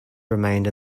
remained